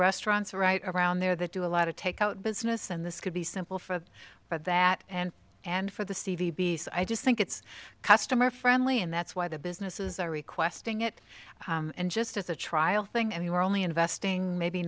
restaurants right around there that do a lot of takeout business and this could be simple for that and and for the c v b s i just think it's customer friendly and that's why the businesses are requesting it and just as a trial thing and you are only investing maybe